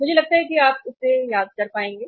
मुझे लगता है कि आप इसे याद कर पाएंगे